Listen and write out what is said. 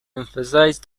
emphasize